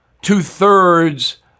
two-thirds